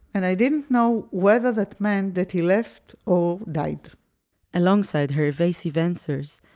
and i didn't know whether that meant that he left or died alongside her evasive answers,